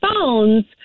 phones